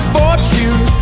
fortune